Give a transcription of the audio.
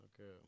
Okay